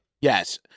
Yes